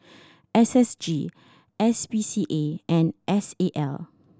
S S G S P C A and S A L